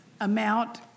amount